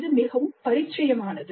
இது மிகவும் பரிச்சயமானது